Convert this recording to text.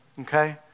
okay